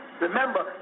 remember